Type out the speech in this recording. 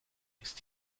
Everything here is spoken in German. ist